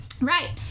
Right